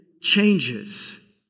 changes